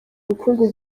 ubukungu